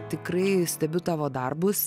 tikrai stebiu tavo darbus